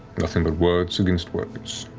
nothing but words against words.